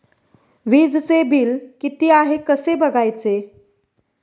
वीजचे बिल किती आहे कसे बघायचे?